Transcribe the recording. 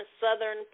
southern